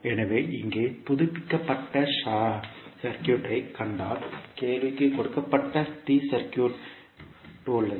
எனவே இங்கே புதுப்பிக்கப்பட்ட சர்க்யூட் ஐ கண்டால் கேள்விக்கு கொடுக்கப்பட்ட T சர்க்யூட் T சர்க்யூட் உள்ளது